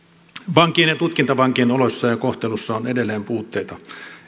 vankien ja tutkintavankien oloissa ja kohtelussa on edelleen puutteita